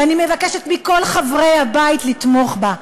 ואני מבקשת מכל חברי הבית לתמוך בה,